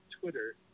Twitter